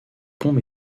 ponts